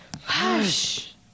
Hush